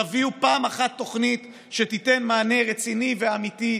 תביאו פעם אחת תוכנית שתיתן מענה רציני ואמיתי,